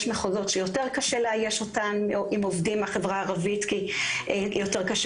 יש מחוזות שיותר קשה לאייש עם עובדים מהחברה הערבית כי יותר קשה